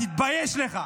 תתבייש לך.